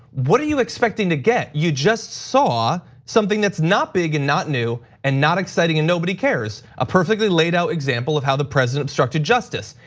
what do you expecting to get? you just saw something that's not big and not new, and not exciting, and nobody cares, a perfect laid out example of how the president obstructed justice.